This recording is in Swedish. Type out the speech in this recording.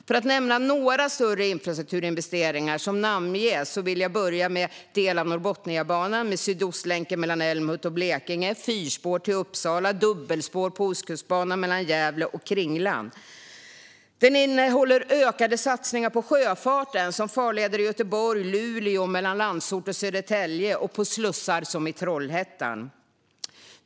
För att nämna några större infrastrukturinvesteringar som namnges vill jag börja med delar av Norrbotniabanan, med Sydostlänken mellan Älmhult och Blekinge, fyrspår till Uppsala och dubbelspår på Ostkustbanan mellan Gävle och Kringlan. Den innehåller också ökade satsningar på sjöfarten, som farleder i Göteborg och i Luleå samt mellan Landsort och Södertälje, och på slussar som i Trollhättan.